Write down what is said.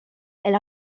elle